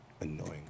Annoying